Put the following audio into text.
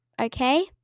okay